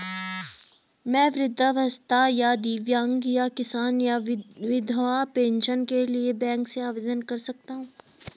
मैं वृद्धावस्था या दिव्यांग या किसान या विधवा पेंशन के लिए बैंक से आवेदन कर सकता हूँ?